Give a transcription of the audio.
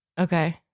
Okay